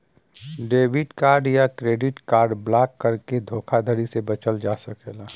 debit card या credit card block करके धोखाधड़ी से बचल जा सकला